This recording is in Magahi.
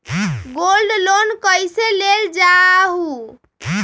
गोल्ड लोन कईसे लेल जाहु?